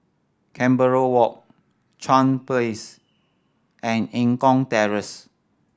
Canberra Walk Chuan Place and Eng Kong Terrace